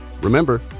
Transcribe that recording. Remember